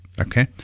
okay